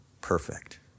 perfect